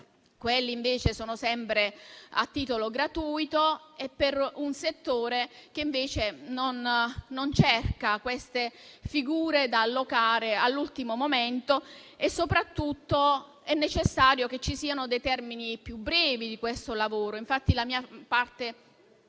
che invece sono sempre a titolo gratuito, per un settore che non cerca queste figure da allocare all'ultimo momento. Soprattutto è necessario che ci siano termini più brevi per questo lavoro.